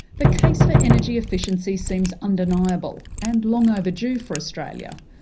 the case for energy efficiency seems undeniable and long overdue for australia,